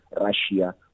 Russia